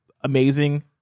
amazing